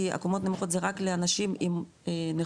כי קומות נמוכות זה רק לאנשים עם נכות.